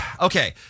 okay